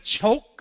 choke